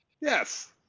yes